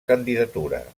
candidatura